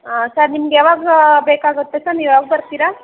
ಹಾಂ ಸರ್ ನಿಮ್ಗೆ ಯಾವಾಗ ಬೇಕಾಗುತ್ತೆ ಸರ್ ನೀವು ಯಾವಾಗ್ ಬರ್ತೀರಾ